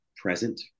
present